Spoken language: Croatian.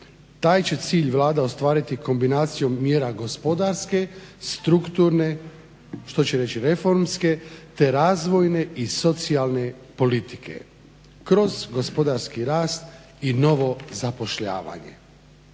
Taj će cilj Vlada ostvariti kombinacijom mjera gospodarske, strukturne što će reći reformske te razvojne i socijalne politike kroz gospodarski rast i novo zapošljavanje".